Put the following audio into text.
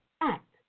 act